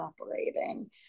operating